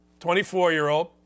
24-year-old